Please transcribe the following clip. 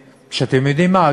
אתם יודעים מה?